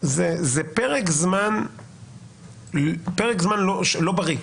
פרק זמן לא בריא,